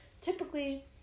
typically